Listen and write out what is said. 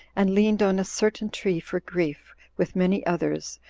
and leaned on a certain tree for grief, with many others,